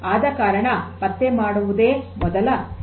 ಅದ ಕಾರಣ ಪತ್ತೆ ಮಾಡುವುದೇ ಮೊದಲ ಸವಾಲಾಗಿದೆ